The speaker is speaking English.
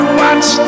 watch